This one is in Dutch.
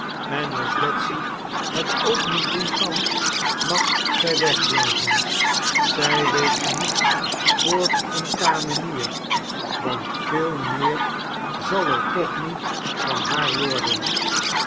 en als betsy het ook niet doen kan mag z wegblijven zij weet genoeg voor eene kamemer want veel meer zat er toch niet van haar iworden